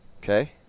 Okay